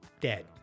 Dead